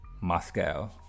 Moscow